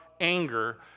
anger